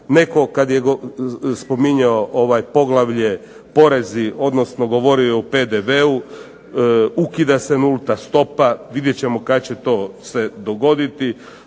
Netko kada je spominjao poglavlje o porezi, odnosno govorio je o PDV-u, ukida se nulta stopa. Vidjet ćemo kada će se to dogoditi.